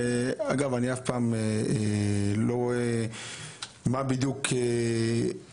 אגב, אני אף פעם לא רואה מה בדיוק העבירה.